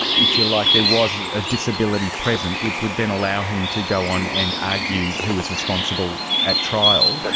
if you like, there was a disability present, which would then allow him to go on and argue who was responsible at trial.